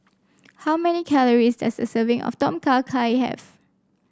how many calories does a serving of Tom Kha Gai have